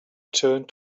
turned